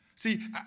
See